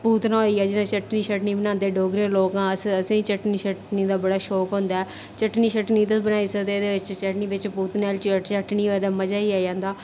पूतना होई गेआ जेह्दी चटनी शटनी बनांदे डोगरे लोक आं अस असेंगी चटनी दा बड़ा शौक होंदा ऐ चटनी शटनी तुस बनाई सकदे एह्दे बिच्च चटनी बिच्च पूतने आहली चटनी होऐ ते मज़ा ई आई जंदा